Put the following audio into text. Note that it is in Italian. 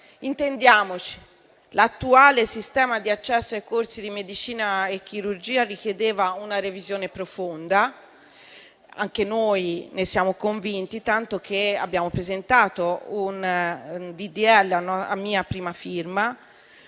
Intendiamoci, l'attuale sistema di accesso ai corsi di medicina e chirurgia richiedeva una revisione profonda ed anche noi ne siamo convinti, tanto che abbiamo presentato un disegno di legge a mia prima firma.